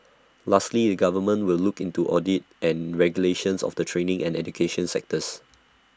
lastly the government will look into audit and regulations of the training and education sectors